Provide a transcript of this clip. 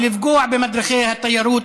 ולפגוע במדריכי התיירות,